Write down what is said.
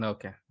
Okay